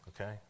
okay